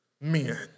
men